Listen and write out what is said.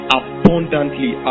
abundantly